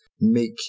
make